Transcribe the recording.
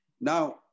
Now